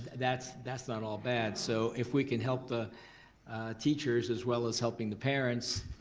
that's that's not all bad. so if we can help the teachers as well as helping the parents,